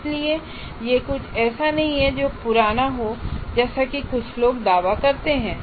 इसलिए यह ऐसा कुछ नहीं है जो पुराना हो जैसा कि कुछ लोग दावा करते हैं